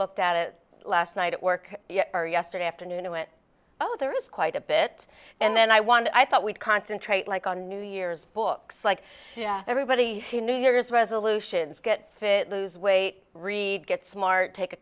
looked at it last night at work or yesterday afternoon i went oh there is quite a bit and then i want to i thought we'd concentrate like on new year's books like everybody new year's resolutions get fit lose weight read get smart take a